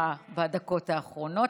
זה כנראה כי לא הרמת את קולך בדקות האחרונות.